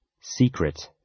Secret